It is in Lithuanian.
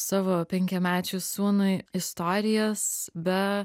savo penkiamečiui sūnui istorijas be